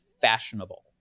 fashionable